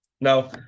Now